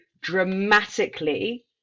dramatically